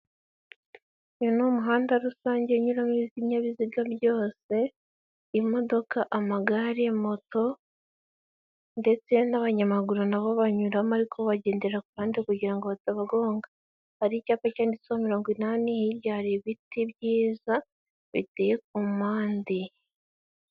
Uyu ni umuhanda rusange unyuramo ibinyabiziga byose imodoka, amagare, moto ndetse n'abanyamaguru nabo banyuramo ariko bo bagendera ku ruhande kugira ngo batabagonga, hari icyapa cyanditseho mirongo inani, hirya hari ibiti byiza biteye ku mpande.